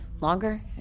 Longer